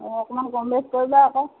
অঁ অকণমান কম বেছ কৰিবা আক